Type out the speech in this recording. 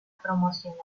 promocionar